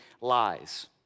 lies